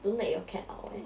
don't let your cat out leh